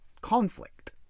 conflict